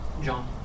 John